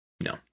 no